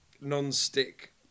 non-stick